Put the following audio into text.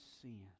sin